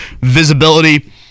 visibility